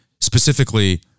specifically